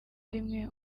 rimwe